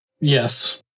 Yes